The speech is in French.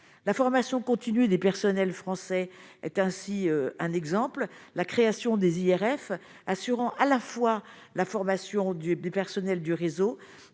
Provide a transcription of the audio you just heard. la formation continue des personnels français est ainsi un exemple, la création des IRF assurant à la fois la formation du personnel du réseau